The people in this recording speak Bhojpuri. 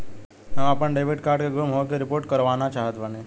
हम आपन डेबिट कार्ड के गुम होखे के रिपोर्ट करवाना चाहत बानी